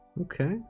okay